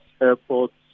airports